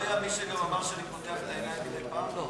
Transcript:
היה מי שגם אמר שאני פותח את העיניים מדי פעם?